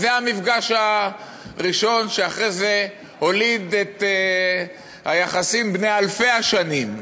זה המפגש הראשון שאחרי זה הוליד את היחסים בני אלפי השנים,